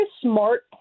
smart